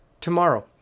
tomorrow